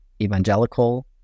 evangelical